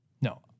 no